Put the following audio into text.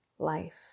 life